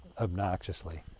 obnoxiously